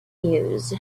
news